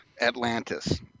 Atlantis